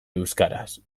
euskaraz